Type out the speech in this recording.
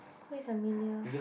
where's Amelia